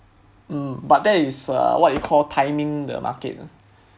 um but that is uh what you call timing the market